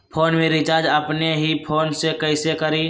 Phone में recharge अपने ही फ़ोन से कईसे करी?